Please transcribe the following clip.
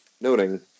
noting